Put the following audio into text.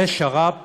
זה שר"פ